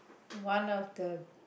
one of the